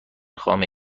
خامه